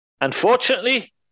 Unfortunately